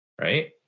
right